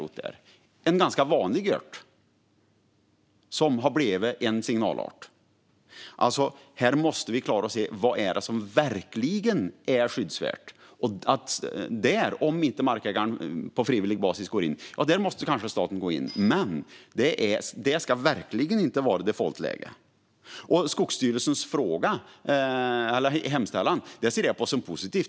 Det är en ganska vanlig ört som har blivit signalart. Vi måste klara av att se vad som verkligen är skyddsvärt, och om inte markägaren går in på frivillig basis måste kanske staten göra det i dessa fall. Men det ska verkligen inte vara defaultläget. Skogsstyrelsens hemställan ser jag som något positivt.